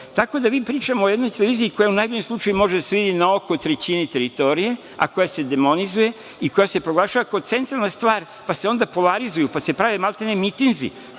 Tako da vi pričamo o jednoj televiziji kojom u najboljem slučaju može sve i na oko trećine teritorije, a koja se demonizuje i koja se proglašava kao centralna stvar, pa se onda polarizuju, pa se prave maltene mitinzi,